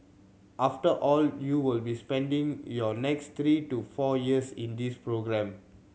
after all you will be spending your next three to four years in this programme